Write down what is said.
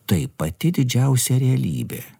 tai pati didžiausia realybė